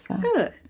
Good